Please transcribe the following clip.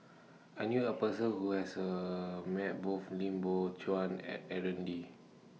I knew A Person Who has A Met Both Lim Biow Chuan and Aaron Lee